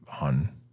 on